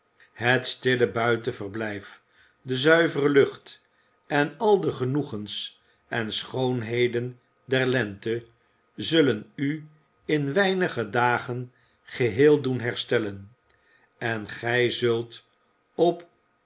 het stille buitenverblijf de zuivere lucht en al de genoegens en schoonheden der lente zullen u in weinige dagen geheel doen herstellen en gij zult op